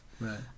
Right